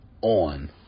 on